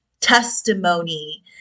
testimony